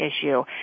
issue